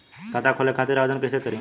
खाता खोले खातिर आवेदन कइसे करी?